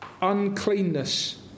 uncleanness